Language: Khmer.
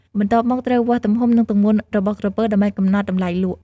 បន្ទាប់មកត្រូវវាស់ទំហំ និងទម្ងន់របស់ក្រពើដើម្បីកំណត់តម្លៃលក់។